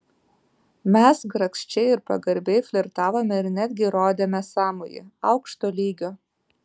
mes grakščiai ir pagarbiai flirtavome ir netgi rodėme sąmojį aukšto lygio